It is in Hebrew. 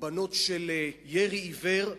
קורבנות של ירי עיוור,